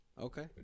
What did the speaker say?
Okay